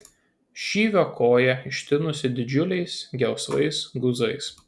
šyvio koja ištinusi didžiuliais gelsvais guzais